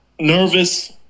Nervous